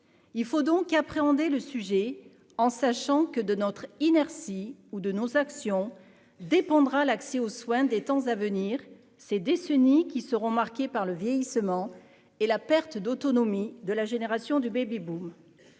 il faut donc appréhender le sujet en sachant que, de notre inertie ou de nos actions dépendra l'accès aux soins des temps à venir ces décennies qui seront marqués par le vieillissement et la perte d'autonomie de la génération du baby-boom,